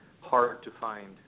hard-to-find